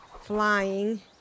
flying